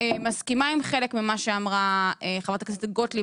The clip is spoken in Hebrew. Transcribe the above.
מסכימה עם חלק ממה שאמרה חברת הכנסת גוטליב